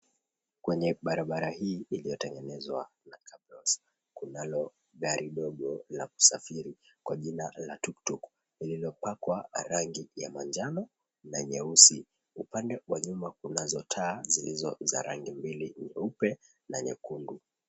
Kwenye barabara hii iliotengenezwa na cabros kunalo gari ndogo la usafiri kwa jina la tuktuk. limepakwa rangi la manjano na nyeusi. Upande wa nyuma kunazo taa za rangi mbili nyeupe na nyekundu.